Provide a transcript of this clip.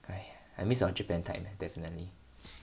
!haiya! I miss our Japan time eh definitely